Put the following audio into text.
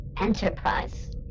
Enterprise